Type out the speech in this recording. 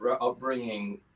upbringing